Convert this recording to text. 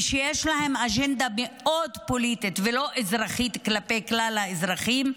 ושיש להם אג'נדה פוליטית מאוד ולא אזרחית כלפי כלל האזרחים,